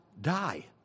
die